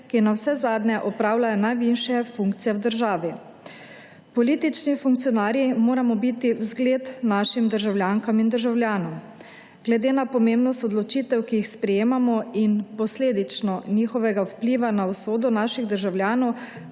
ki navsezadnje opravljajo najvišje funkcije v državi. Politični funkcionarji moramo biti vzgled našim državljankam in državljanom. Glede na pomembnost odločitev, ki jih sprejemamo in posledično njihovega vpliva na usodo naših državljanov,